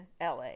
la